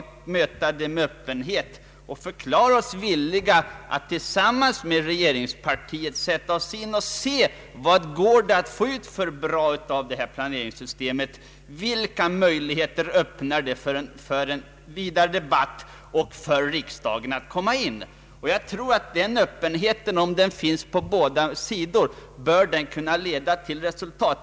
Vi skall möta det med öppenhet, förklara oss villiga att tillsammans med regeringspartiet sätta oss in i det, se vad det går att få ut för gott ur detta planeringssystem, se vilka möjligheter det öppnar för en vidare debatt och för riksdagen att komma in. Jag tror att den öppenheten, om den finns på båda sidor, bör kunna leda till resultat.